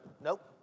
nope